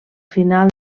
final